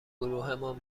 گروهمان